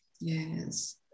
Yes